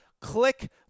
click